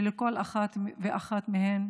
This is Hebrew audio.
שלכל אחת ואחת מהן